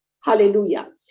Hallelujah